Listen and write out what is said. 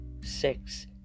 six